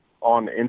on